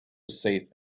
safe